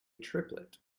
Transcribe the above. triplet